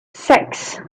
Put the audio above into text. six